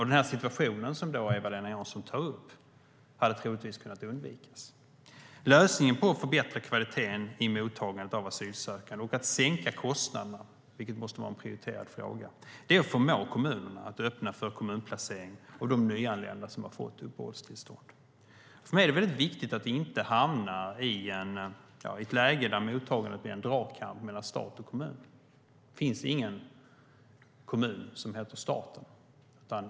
Den situation som Eva-Lena Jansson tar upp hade troligtvis kunnat undvikas. Lösningen för att förbättra kvaliteten i mottaganden av asylsökande och att sänka kostnaderna, vilket måste vara en prioriterad fråga, är att förmå kommunerna att öppna för kommunplacering av de nyanlända som har fått uppehållstillstånd. För mig är det väldigt viktigt att inte hamna i ett läge där mottagandet är en dragkamp mellan stat och kommun. Det finns ingen kommun som heter Staten.